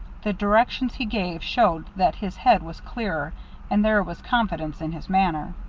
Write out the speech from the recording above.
the directions he gave showed that his head was clearer and there was confidence in his manner.